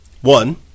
One